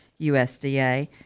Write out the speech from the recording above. USDA